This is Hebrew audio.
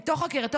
מתוך חקירתו,